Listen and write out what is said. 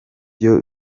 byo